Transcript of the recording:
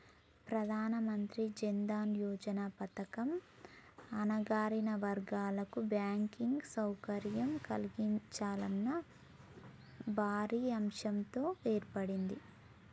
ప్రధానమంత్రి జన్ దన్ యోజన పథకం అణగారిన వర్గాల కు బ్యాంకింగ్ సౌకర్యం కల్పించాలన్న భారీ ఆశయంతో ఏర్పడింది